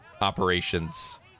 operations